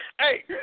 hey